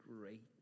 great